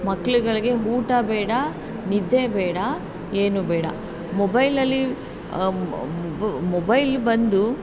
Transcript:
ಮಕ್ಳುಗಳಿಗೆ ಊಟ ಬೇಡ ನಿದ್ದೆ ಬೇಡ ಏನು ಬೇಡ ಮೊಬೈಲಲ್ಲಿ ಮೊಬೈಲ್ ಬಂದೂ